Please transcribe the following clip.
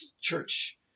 church